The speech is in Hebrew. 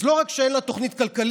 אז לא רק שאין לה תוכנית כלכלית,